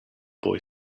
boy